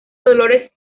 dolores